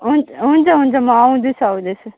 हुन् हुन्छ हुन्छ म आउँदैछु आउँदैछु